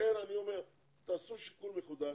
לכן אני אומר, תעשו שיקול מיוחד.